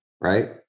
right